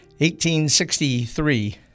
1863